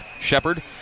Shepard